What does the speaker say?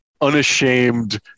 unashamed